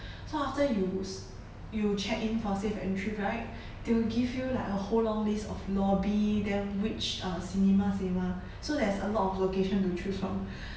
so after you you check in for safe entry right they will give you like a whole long list of lobby then which are cinema cinema so there's a lot of location to choose from